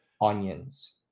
Onions